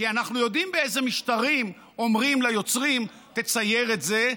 כי אנחנו יודעים באיזה משטרים אומרים ליוצרים: תצייר את זה,